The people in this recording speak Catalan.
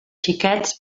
xiquets